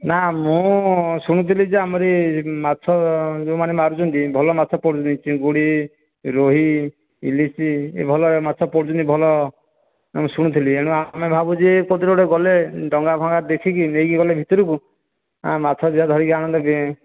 ନା ମୁଁ ଶୁଣୁଥିଲି ଯେ ଆମର ଇଏ ମାଛ ଯେଉଁମାନେ ମାରୁଛନ୍ତି ଭଲ ମାଛ ପଡୁଛି ଚିଙ୍ଗୁଡ଼ି ରୋହି ଇଲିସି ଭଲ ମାଛ ପଡୁଛନ୍ତି ଭଲ ମୁଁ ଶୁଣୁଥିଲି ଏଣୁ ଆମେ ଭାବୁଛି କେଉଁଥିରେ ଗୋଟେ ଗଲେ ଡଙ୍ଗା ଫଙ୍ଗା ଦେଖିକି ନେଇକି ଗଲେ ଭିତରକୁ ଆମେ ମାଛ ଦୁଇଟା ଧରିକି ଆଣନ୍ତେ କି